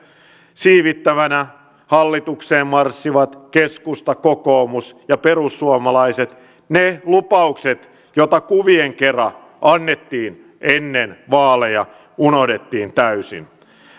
siivittäminä hallitukseen marssivat keskusta kokoomus ja perussuomalaiset ne lupaukset joita kuvien kera annettiin ennen vaaleja unohdettiin täysin